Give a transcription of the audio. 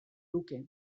luke